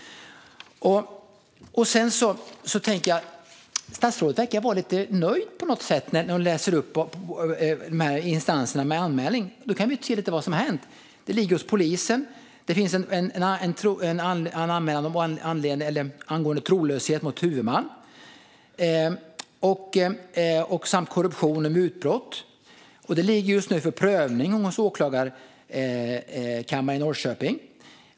Statsrådet verkar på något sätt vara nöjd när hon läser upp sitt svar om de instanser som har fått anmälningar. Vi kan ju se lite på vad som har hänt. Ärendet ligger hos polisen. Det finns en anmälan om trolöshet mot huvudman liksom korruption och mutbrott. Detta ligger just nu för prövning hos Åklagarkammaren i Norrköping.